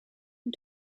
and